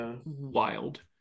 wild